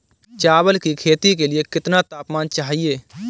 चावल की खेती के लिए कितना तापमान चाहिए?